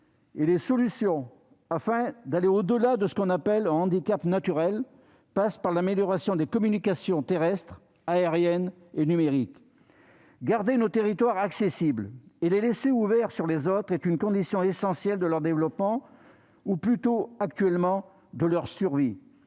des solutions à ce que l'on appelle un « handicap naturel », il convient d'améliorer les communications terrestres, aériennes et numériques. Garder nos territoires accessibles et les laisser ouverts sur les autres est une condition essentielle de leur développement ou plutôt, à l'heure actuelle, de leur survie.